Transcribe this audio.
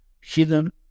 hidden